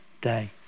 day